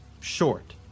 short